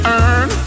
earn